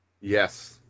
Yes